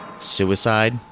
Suicide